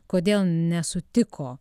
kodėl nesutiko